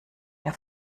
der